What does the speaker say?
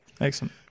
excellent